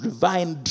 Divine